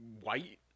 white